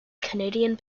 canadian